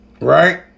right